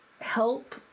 help